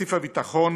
בתקציב הביטחון